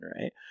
right